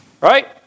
Right